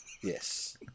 Yes